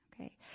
Okay